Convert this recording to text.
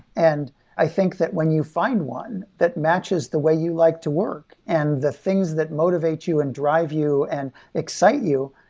and i think that when you find one that matches the way you like to work and the things that motivate you and drive you and excite you,